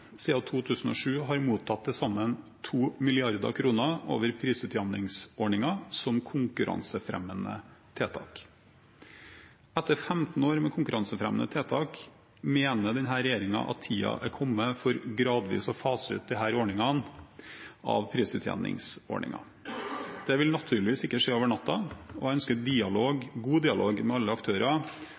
2007 har mottatt til sammen 2 mrd. kr over prisutjevningsordningen som konkurransefremmende tiltak. Etter 15 år med konkurransefremmende tiltak mener denne regjeringen at tiden er kommet til gradvis å fase ut disse ordningene fra prisutjevningsordningen. Det vil naturligvis ikke skje over natten, og vi ønsker god dialog med alle aktører.